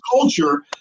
culture